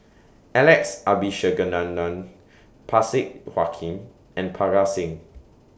Alex Abisheganaden Parsick Joaquim and Parga Singh